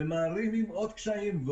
מערימים עוד ועוד קשיים,